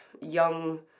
young